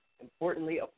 importantly